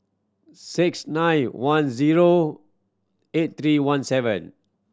six nine one zero eight three one seven